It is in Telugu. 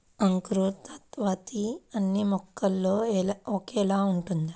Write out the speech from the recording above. అంకురోత్పత్తి అన్నీ మొక్కల్లో ఒకేలా ఉంటుందా?